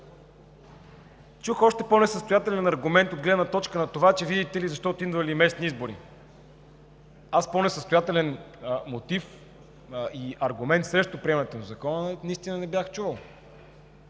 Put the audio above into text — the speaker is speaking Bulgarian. Чух още по-несъстоятелен аргумент от гледна точка на това, че, видите ли, защото идвали местни избори. Аз по-несъстоятелен мотив и аргумент срещу приемането на Закона, наистина не бях чувал.